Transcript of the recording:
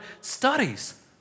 studies